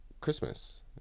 Christmas